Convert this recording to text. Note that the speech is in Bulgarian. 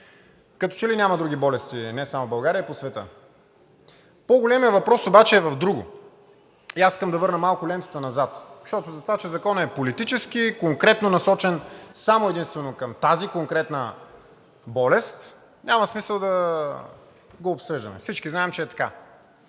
като че ли няма други болести не само в България, а и по света. По-големият въпрос обаче е в друго, и аз искам да върна малко лентата назад, защото това, че Законът е политически, конкретно насочен само единствено към тази конкретна болест, няма смисъл да го обсъждаме. Всички знаем, че е така.